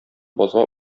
базга